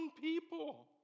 people